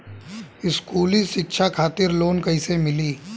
स्कूली शिक्षा खातिर लोन कैसे मिली?